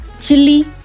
chili